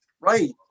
Right